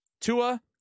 Tua